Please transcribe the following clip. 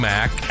Mac